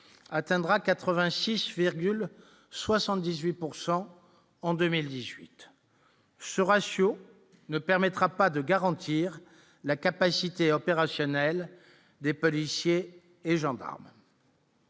atteindra 86,78 pourcent en 2018, ce ratio ne permettra pas de garantir la capacité opérationnelle des policiers et gendarmes.